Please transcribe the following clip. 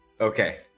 Okay